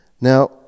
Now